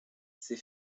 ses